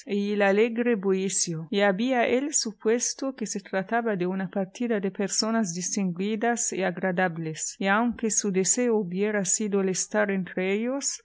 el alegre bullicio y había él supuesto que se trataba de una partida de personas distinguidas y agradables y aunque su deseo hubiera sido el estar entre ellos